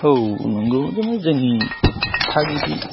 औ नोंगौ जोंनि थागिबि